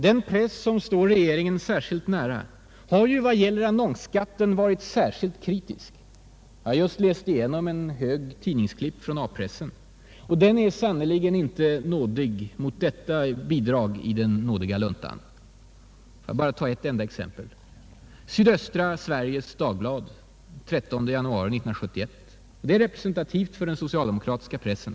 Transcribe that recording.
Den press som står regeringen särskilt nära har i vad gäller annonsskatten varit särskilt kritisk. Jag har just läst igenom en hög tidningsklipp från A-pressen. Den är sannerligen inte särskilt nådig mot detta inslag i den nådiga luntan. Jag tar ett enda exempel, nämligen Sydöstra Sveriges Dagblad den 13 januari 1971. Det är representativt för den socialdemokratiska pressen.